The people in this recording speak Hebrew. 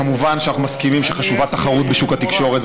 כמובן שאנחנו מסכימים שחשובה תחרות בשוק התקשורת,